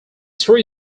three